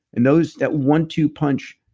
and those, that one-two punch